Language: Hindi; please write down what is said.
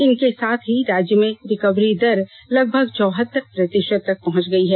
इसके साथ ही राज्य में रिकवरी दर लगभग चौहत्तर प्रतिषत तक पहंच गई है